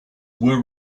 were